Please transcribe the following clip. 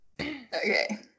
Okay